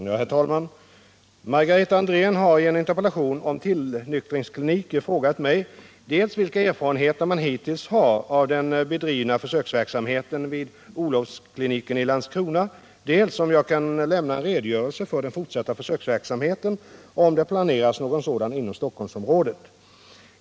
Herr talman! Margareta Andrén har i en interpellation om tillnyktringskliniker frågat mig dels vilka erfarenheter man hittills har av den bedrivna försöksverksamheten vid Olovskliniken i Landskrona, dels om jag kan lämna en redogörelse för den fortsatta försöksverksamheten och om det planeras någon sådan inom Stockholmsområdet.